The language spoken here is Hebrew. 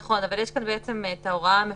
נכון, אבל, בעצם, יש כאן את ההוראה המפורשת: